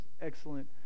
excellent